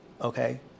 okay